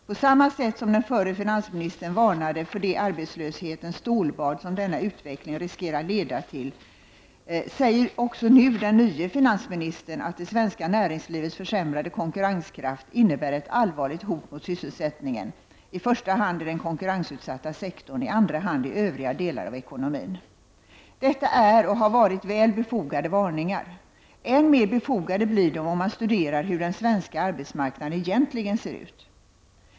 På samma sätt som den förre finansministern varnade för det ”arbetslöshetens stålbad” som denna utveckling riskerar att leda till, säger också nu den nye finansministern att det svenska näringslivets försämrade konkurrenskraft innebär ett allvarligt hot mot sysselsättningen, i första hand i den konkurrensutsatta sektorn, i andra hand i övriga delar av ekonomin. Detta är och har varit väl befogade varningar. Än mer befogade blir de om man studerar hur den svenska arbetsmarknaden egentligen ser ut.